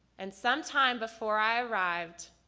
and some time before i arrived,